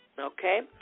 Okay